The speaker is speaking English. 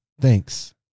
thanks